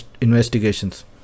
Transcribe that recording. investigations